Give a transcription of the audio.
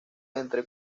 entre